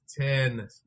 ten